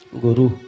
Guru